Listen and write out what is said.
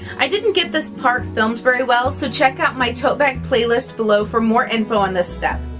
i didn't get this part filmed very well so check out my tote bag playlist below for more info on this step.